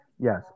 Yes